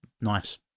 nice